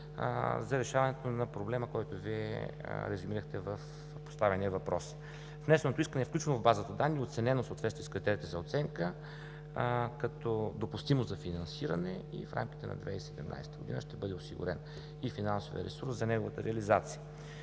за решаването на проблема, който Вие резюмирахте в поставения въпрос. Внесеното искане е включено в базата данни и е оценено в съответствие с критериите за оценка като допустимо за финансиране, и в рамките на 2017 г. ще бъде осигурен и финансовият ресурс за неговата реализация.